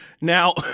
Now